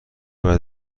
باید